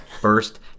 first